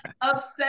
obsessed